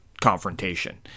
confrontation